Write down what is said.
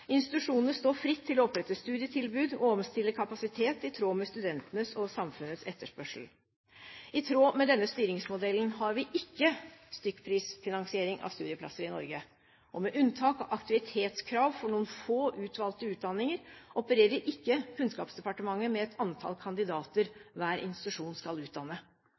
Institusjonene står fritt til å opprette studietilbud og omstille kapasitet i tråd med studentenes og samfunnets etterspørsel. I tråd med denne styringsmodellen har vi ikke stykkprisfinansiering av studieplasser i Norge, og med unntak av aktivitetskrav for noen få, utvalgte utdanninger opererer ikke Kunnskapsdepartementet med et antall kandidater hver institusjon skal utdanne.